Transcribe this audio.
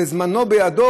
וזמנו בידו,